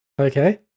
Okay